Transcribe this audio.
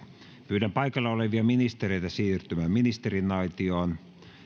pyydän paikalla olevia ministereitä siirtymään ministeriaitioon